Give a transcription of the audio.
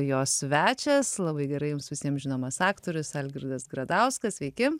jo svečias labai gerai jums visiems žinomas aktorius algirdas gradauskas sveiki